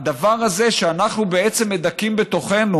הדבר הזה שאנחנו בעצם מדכאים בתוכנו,